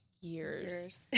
years